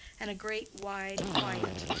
and a great wide quiet.